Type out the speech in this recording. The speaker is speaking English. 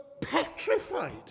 petrified